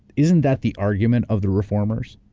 isn't that the argument of the reformers?